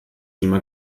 niemand